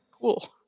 cool